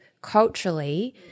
Culturally